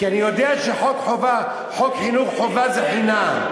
כי אני יודע שחוק חינוך חובה זה חינם.